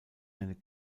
eine